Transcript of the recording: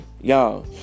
y'all